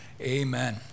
amen